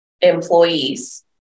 employees